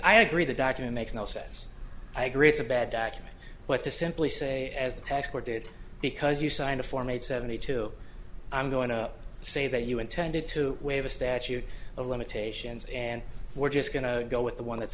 i agree the doctrine makes no sense i agree it's a bad document but to simply say as the tax court did because you signed a form eight seventy two i'm going to say that you intended to waive a statute of limitations and we're just going to go with the one that's